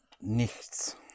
nichts